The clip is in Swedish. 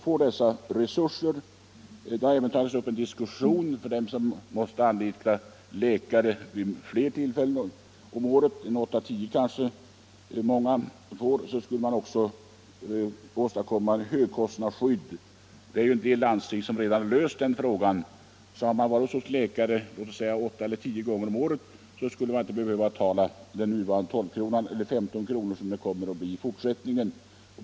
En diskussion har tagits upp om att den som måste besöka läkare många gånger om året — åtta-tio gånger — skulle kunna få ett högkostnadsskydd. En del landsting har redan löst detta problem. Måste man besöka läkare mer än åtta-tio gånger om året, skulle man inte behöva betala de 15 kronor per besök som det kostar i fortsättningen.